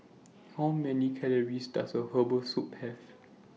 How Many Calories Does A Serving of Herbal Soup Have